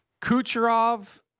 Kucherov